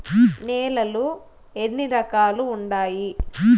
నేలలు ఎన్ని రకాలు వుండాయి?